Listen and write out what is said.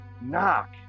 knock